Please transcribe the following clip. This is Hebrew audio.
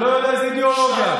לא יודע איזו אידיאולוגיה.